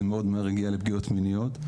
זה מהר מאוד הגיע לפגיעות מיניות,